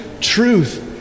truth